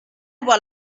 avoir